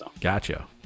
Gotcha